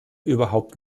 überhaupt